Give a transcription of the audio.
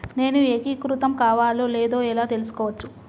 నేను ఏకీకృతం కావాలో లేదో ఎలా తెలుసుకోవచ్చు?